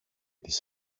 τις